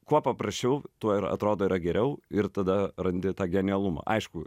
kuo paprasčiau tuo ir atrodo yra geriau ir tada randi tą genialumą aišku